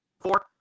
four